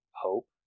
hope